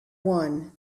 one